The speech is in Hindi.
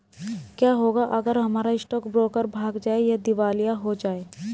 क्या होगा अगर हमारा स्टॉक ब्रोकर भाग जाए या दिवालिया हो जाये?